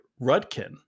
Rudkin